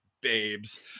babes